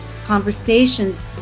conversations